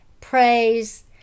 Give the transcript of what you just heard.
praise